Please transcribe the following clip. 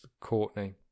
Courtney